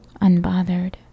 unbothered